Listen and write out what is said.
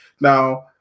now